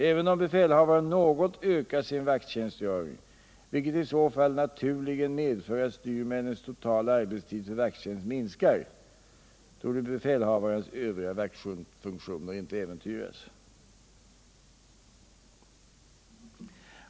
Även om befälhavaren något ökar sin vakttjänstgöring, vilket i så fall naturligen medför att styrmännens totala arbetstid för vakttjänst minskar, torde befälhavarens övriga vaktfunktioner inte äventyras.